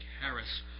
Harris